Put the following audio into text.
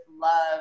love